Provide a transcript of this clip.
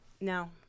no